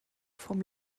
vom